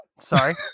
Sorry